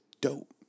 dope